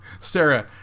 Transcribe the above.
Sarah